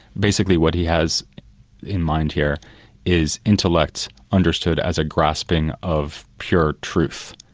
basically what he has in mind here is intellect understood as a grasping of pure truth.